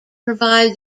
provide